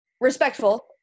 respectful